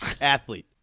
Athlete